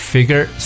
Figure